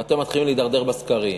ואתם מתחילים להידרדר בסקרים,